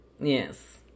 Yes